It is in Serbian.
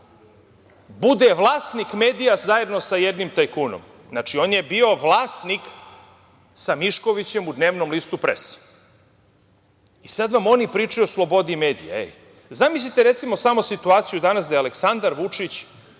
bude vlasnik medija zajedno sa jednim tajkunom. Znači, on je bio vlasnik sa Miškovićem u dnevnom listu „Pres“. Sada nam oni pričaju o slobodi medija. Zamislite recimo samo situaciju danas da je Aleksandar Vučić